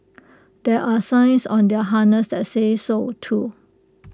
there are signs on their harness that say so too